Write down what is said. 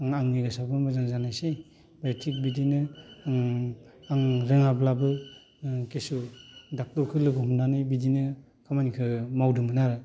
आंनि गोसोआबो मोजां जानायसै थिग बिदिनो आं रोङाब्लाबो खिसु डक्ट'रखौ लोगो हमनानै बिदिनो खामानिखौ मावदोमोन आरो